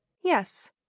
yes